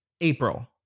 April